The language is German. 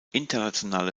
internationale